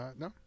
No